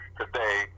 today